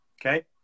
okay